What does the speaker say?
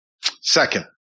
Second